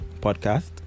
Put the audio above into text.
podcast